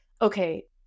okay